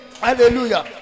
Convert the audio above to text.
Hallelujah